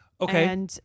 Okay